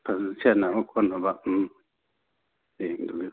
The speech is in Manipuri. ꯐꯖꯟꯅ ꯁꯦꯠꯅꯕ ꯈꯣꯠꯅꯕ ꯎꯝ ꯍꯌꯦꯡꯗꯨꯒꯤ